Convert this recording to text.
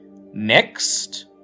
Next